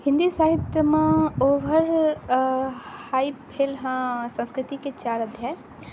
हिन्दी साहित्यमे over hype भेल हँ संस्कृतिके चार अध्याय